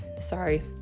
Sorry